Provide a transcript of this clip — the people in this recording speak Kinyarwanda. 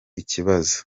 ikibazo